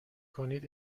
کنید